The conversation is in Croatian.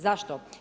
Zašto?